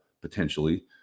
potentially